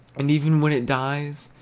and even when it dies,